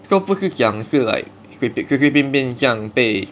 so 不是讲是 like 随随便便这样被